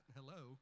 Hello